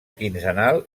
quinzenal